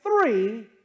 three